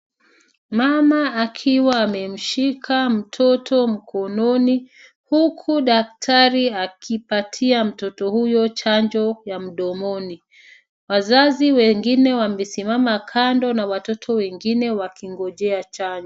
Mama akiwa amemshika mtoto mkononi huku daktari akipatia mtoto huyo chanjo ya mdomoni. Wazazi wengine wamesimama kando na watoto wengine wakingojea chanjo.